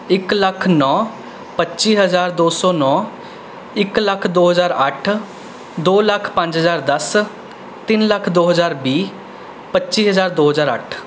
ਇੱਕ ਲੱਖ ਨੌ ਪੱਚੀ ਹਜ਼ਾਰ ਦੋ ਸੌ ਨੌ ਇੱਕ ਲੱਖ ਦੋ ਹਜ਼ਾਰ ਅੱਠ ਦੋ ਲੱਖ ਪੰਜ ਹਜ਼ਾਰ ਦਸ ਤਿੰਨ ਲੱਖ ਦੋ ਹਜ਼ਾਰ ਵੀਹ ਪੱਚੀ ਹਜ਼ਾਰ ਦੋ ਹਜ਼ਾਰ ਅੱਠ